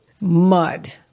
mud